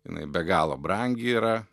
jinai be galo brangi yra